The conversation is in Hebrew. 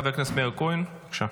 חבר הכנסת מאיר כהן, בבקשה.